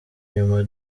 nyuma